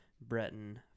Breton